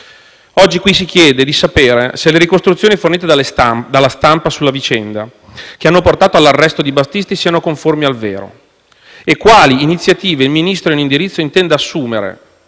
si chiede di sapere: se le ricostruzioni fornite dalla stampa delle vicende che hanno portato all'arresto di Battisti siano conformi al vero; quali iniziative il Ministro in indirizzo intenda assumere